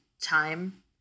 time